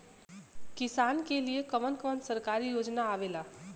किसान के लिए कवन कवन सरकारी योजना आवेला?